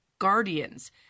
Guardians